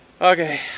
Okay